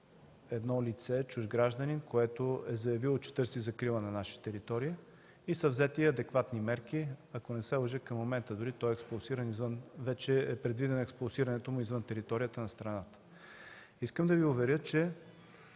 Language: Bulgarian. едно лице, чужд гражданин, което е заявило, че търси закрила на наша територия и са взети адекватни мерки. Ако не се лъжа, към момента дори вече е предвидено експулсирането му извън територията на страната. Искам да Ви уверя, че